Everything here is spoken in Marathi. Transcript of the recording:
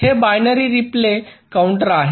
हे बायनरी रिपल काउंटर आहे